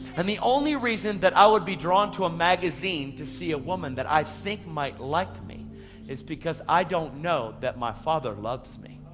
and the only reason that i would be drawn to a magazine to see a woman that i think might like me is because i don't know that my father loves me.